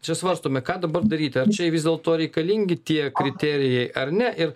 čia svarstome ką dabar daryti ar vis dėlto reikalingi tie kriterijai ar ne ir